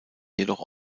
jedoch